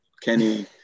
Kenny